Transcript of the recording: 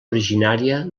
originària